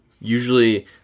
usually